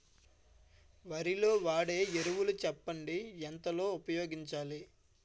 వరిలో వాడే ఎరువులు చెప్పండి? ఎంత లో ఉపయోగించాలీ?